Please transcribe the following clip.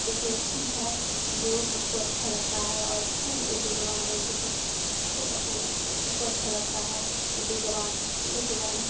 اتنی اچھی ہے جو سب کو اچھا لگتا ہے اور سب اردو زبان بولتے ہیں سب کو پسند ہے سب کو اچھا لگتا ہے اردو زبان اردو زبان